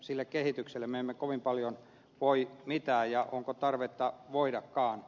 sille kehitykselle me emme kovin paljon voi mitään ja onko tarvetta voidakaan